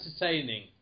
entertaining